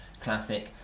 classic